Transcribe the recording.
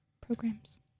programs